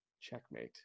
checkmate